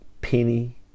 penny